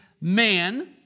man